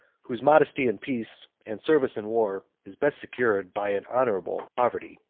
whose modesty in peace, and service in war, is best secured by an honorable poverty.